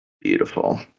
Beautiful